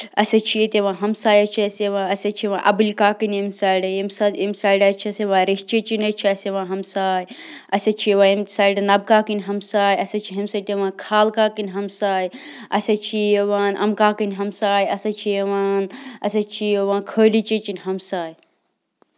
اَسہِ حظ چھِ ییٚتہِ یِوان ہَمساے حظ چھِ اَسہِ یِوان اَسہِ حظ چھِ یِوان اَبٕلۍ کاکٕنۍ ییٚمہِ سایڈٕ ییٚمہِ ساتہٕ ییٚمہِ سایڈٕ حظ چھِ اَسہِ یِوان ریٚش چیٚچِنۍ حظ چھِ اَسہِ یِوان ہَمساے اَسہِ حظ چھِ یِوان ییٚمہِ سایڈٕ نَبہٕ کاکٕنۍ ہمساے اَسہِ حظ چھِ ہُمہِ یِوان خالہٕ کاکٕنۍ ہمساے اَسہِ حظ چھِ یِوان اَمہٕ کاکٕنۍ ہمساے اَسہِ حظ چھِ یِوان اَسہِ حظ چھِ یِوان خٲلی چیٚچِنۍ ہَمساے